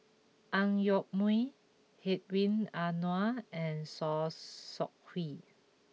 Ang Yoke Mooi Hedwig Anuar and Saw Swee Hock